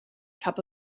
cup